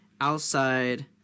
outside